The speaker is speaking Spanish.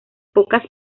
pocas